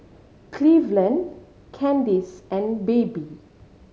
Cleveland Kandice and Baby